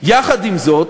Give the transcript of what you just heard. יחד עם זאת,